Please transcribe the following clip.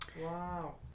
Wow